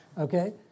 okay